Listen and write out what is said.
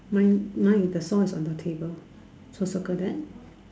mine mine is the saw is on the table so circle that